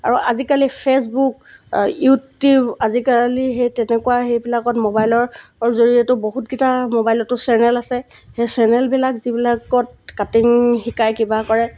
আৰু আজিকালি Facebook YouTube আজিকালি সেই তেনেকুৱা সেইবিলাকত মোবাইলৰ জৰিয়তেও বহুতকেইটা মোবাইলতো চেনেল আছে সেই চেনেলবিলাক যিবিলাকত কাটিং শিকায় কিবা কৰে